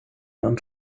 und